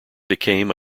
became